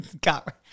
got